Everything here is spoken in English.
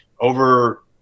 over